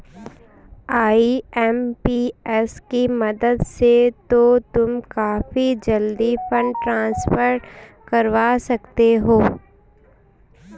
IMPS की मदद से तो तुम काफी जल्दी फंड ट्रांसफर करवा सकते हो